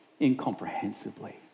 incomprehensibly